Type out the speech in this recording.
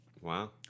Wow